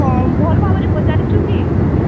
ହଁ ଭଲ୍ ଭାବରେ ପଚାରିଛୁ କି